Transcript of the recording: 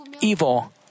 evil